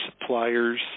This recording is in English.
suppliers